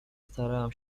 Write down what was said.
starają